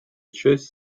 часть